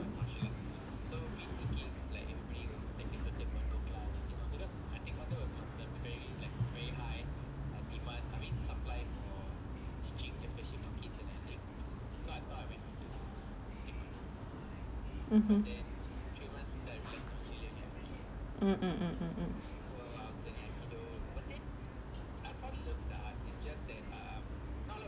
(uh huh) ugh